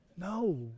No